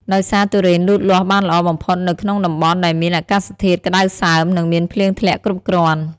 ដោយសារទុរេនលូតលាស់បានល្អបំផុតនៅក្នុងតំបន់ដែលមានអាកាសធាតុក្តៅសើម និងមានភ្លៀងធ្លាក់គ្រប់គ្រាន់។